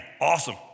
awesome